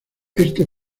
este